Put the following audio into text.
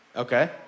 Okay